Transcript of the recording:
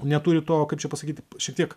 neturi to kaip čia pasakyt šiek tiek